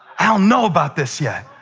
i don't know about this yet.